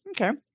Okay